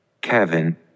Kevin